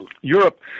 Europe